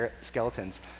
skeletons